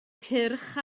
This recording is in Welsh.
cyrch